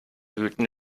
wühlten